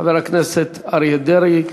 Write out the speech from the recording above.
חבר הכנסת אריה דרעי,